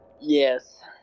Yes